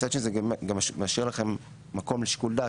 מצד שני זה גם משאיר לכם מקום לשיקול דעת.